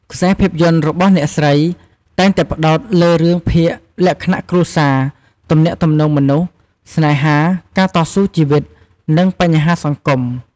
ខ្សែភាពយន្តរបស់អ្នកស្រីតែងតែផ្តោតលើរឿងភាគលក្ខណៈគ្រួសារ ទំនាក់ទំនងមនុស្ស ស្នេហា ការតស៊ូជីវិត និងបញ្ហាសង្គម។